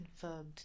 confirmed